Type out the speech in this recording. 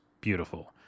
beautiful